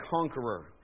conqueror